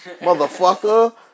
motherfucker